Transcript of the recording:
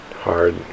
hard